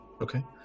okay